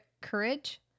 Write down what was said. courage